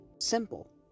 Simple